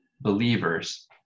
believers